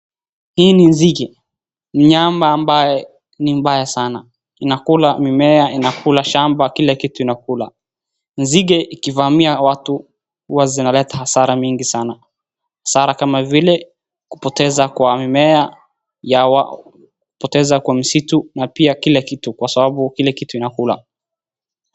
Hii ni nzige, mnyama ambaye ni mbaya sana. Inakula mimea, inakula shamba kila kitu inakula. Nzige ikivamia watu hua zinaleta hasara mingi sana, hasara kama vile kupoteza kwa mimea ya, kupoteza kwa misitu na pia kila kitu kwa sababu kila kitu inakula.